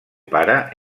pare